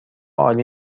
عالی